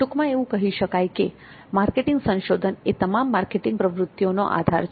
ટૂંકમાં એવું કહી શકાય કે માર્કેટિંગ સંશોધન એ તમામ માર્કેટિંગ પ્રવૃત્તિઓનો આધાર છે